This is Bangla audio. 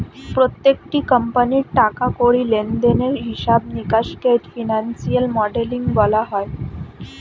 প্রত্যেকটি কোম্পানির টাকা কড়ি লেনদেনের হিসাব নিকাশকে ফিনান্সিয়াল মডেলিং বলা হয়